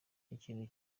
ikintu